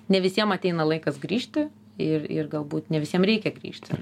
ne visiem ateina laikas grįžti ir ir galbūt ne visiem reikia grįžti